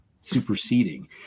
superseding